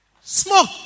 smoke